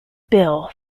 bill